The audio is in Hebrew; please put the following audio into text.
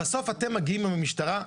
בסוף אתם מגיעים עם המשטרה,